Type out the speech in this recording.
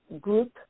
group